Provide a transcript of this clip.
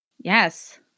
Yes